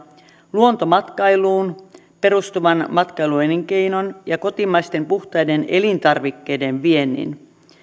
luontomatkailuun perustuvan matkailuelinkeinon ja kotimaisten puhtaiden elintarvikkeiden viennin